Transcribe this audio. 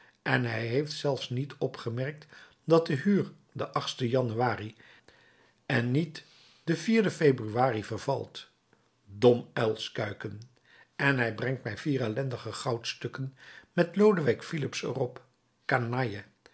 en hij heeft zelfs niet opgemerkt dat de huur den januari en niet den februari vervalt dom uilskuiken en hij brengt mij vier ellendige goudstukken met lodewijk filips er